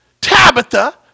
Tabitha